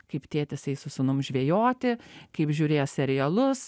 kaip tėtis eis su sūnum žvejoti kaip žiūrės serialus